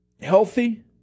healthy